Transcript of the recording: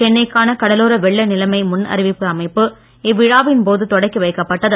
சென்னைக்கான கடலோர வெள்ள நிலைமை முன் அறிவிப்பு அமைப்பு இவ்விழாவின் போது தொடக்கி வைக்கப்பட்டது